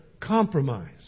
compromise